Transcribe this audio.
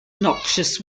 noxious